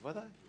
בוודאי.